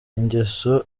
ingeso